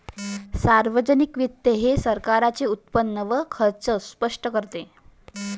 सार्वजनिक वित्त हे सरकारचे उत्पन्न व खर्च स्पष्ट करते